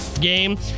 game